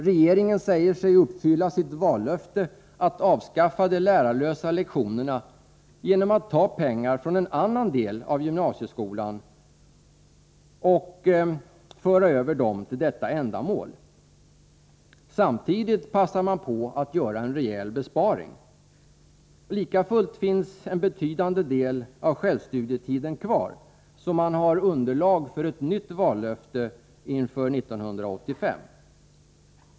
Regeringen säger sig uppfylla sitt vallöfte att avskaffa de lärarlösa lektionerna genom att ta pengar från en annan del av gymnasieskolan och föra över dem till detta ändamål. Samtidigt passar man på att göra en rejäl besparing. Likafullt finns en betydande del av självstudietiden kvar, så socialdemokraterna har underlag för ett nytt vallöfte 1985.